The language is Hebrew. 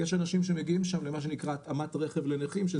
ויש אנשים שמגיעים לשם למה שנקרא התאמת רכב לנכים.